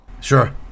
Sure